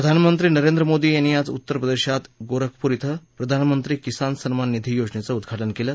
प्रधानमंत्री नरेंद्र मोदी यांनी आज उत्तर प्रदेशात गोरखपूर बें प्रधानमंत्री किसान सम्मान निधी योजनेचं उद्दाटन केलं